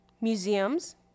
Museums